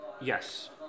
Yes